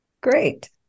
Great